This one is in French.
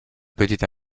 petite